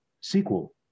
sequel